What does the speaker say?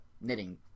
knitting